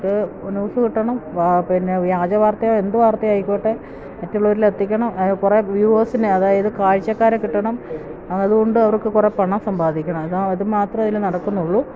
ഇപ്പോള് ന്യൂസ് കിട്ടണം പിന്നെ വ്യാജ വാർത്തയോ എന്ത് വാർത്തയോ ആയിക്കോട്ടെ മറ്റുള്ളവരിൽ എത്തിക്കണം കുറേ വ്യൂവേഴ്സിനെ അതായത് കാഴ്ചക്കാരെ കിട്ടണം അതുകൊണ്ട് അവർക്ക് കുറേ പണം സമ്പാദിക്കണം അത് അത് മാത്രമേ അതില് നടക്കുന്നുള്ളൂ